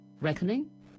Reckoning